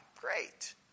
Great